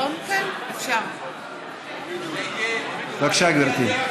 בבקשה, גברתי.